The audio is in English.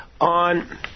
on